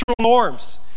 norms